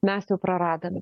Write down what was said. mes jau praradome